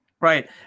Right